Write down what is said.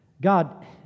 God